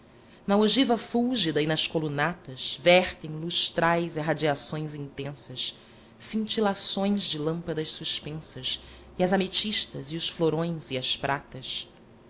na ogiva fúlgida e nas colunatas vertem lustrais irradiações intensas cintilações de lâmpadas suspensas e as ametistas e os florões e as pratas